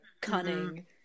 cunning